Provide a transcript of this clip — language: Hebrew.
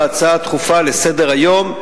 בהצעה הדחופה לסדר-היום,